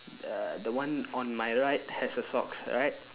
uh the one on my right has a socks right